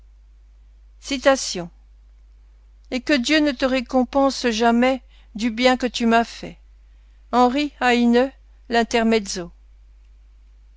et que dieu ne te récompense jamais du bien que tu m'as fait henri